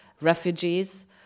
refugees